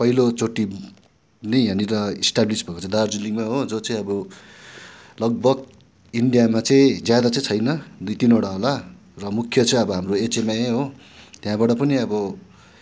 पहिलोचोटि नै यहाँनिर इस्टाब्लिस भएको छ दार्जिलिङमा हो जो चाहिँ अब लगभग इन्डियामा चाहिँ ज्यादा चाहिँ छैन दुई तिनवटा होला र मुख्य चाहिँ अब हाम्रो एचएमआई हो त्यहाँबाट पनि अब